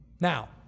Now